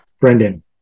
Brendan